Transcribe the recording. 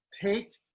take